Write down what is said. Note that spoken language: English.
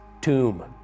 tomb